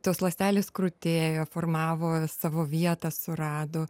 tos ląstelės krutėjo formavo savo vietą surado